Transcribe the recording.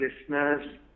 listeners